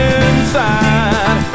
inside